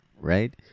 right